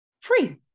free